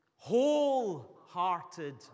wholehearted